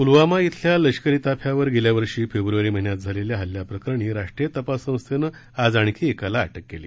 पुलवामा खेल्या लष्करी ताफ्यावर गेल्या वर्षी फेब्रुवारी महिन्यात झालेल्या हल्ल्याप्रकरणी राष्ट्रीय तपास संस्थेनं आज आणखी एकाला अटक केली